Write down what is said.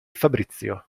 fabrizio